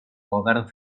govern